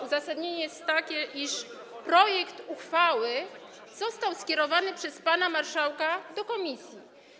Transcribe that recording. Uzasadnienie jest takie, iż projekt uchwały został skierowany przez pana marszałka do komisji.